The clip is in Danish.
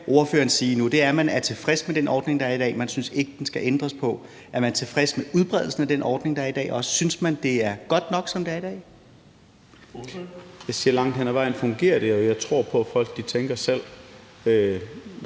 nu, er, at man er tilfreds med den ordning, der er i dag, og man synes ikke, der skal ændres på den. Er man tilfreds med udbredelsen af den ordning, der er i dag, og synes man, det er godt nok, som det er i dag?